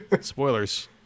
Spoilers